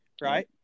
right